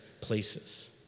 places